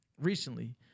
recently